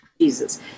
Jesus